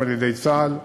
גם על-ידי צה"ל,